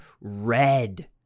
red